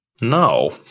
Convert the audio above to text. No